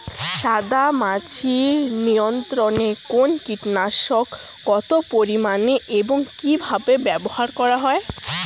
সাদামাছি নিয়ন্ত্রণে কোন কীটনাশক কত পরিমাণে এবং কীভাবে ব্যবহার করা হয়?